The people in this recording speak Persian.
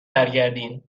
برگردین